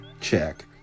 check